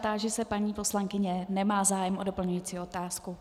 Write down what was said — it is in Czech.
Táži se paní poslankyně, nemá zájem o doplňující otázku.